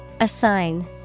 Assign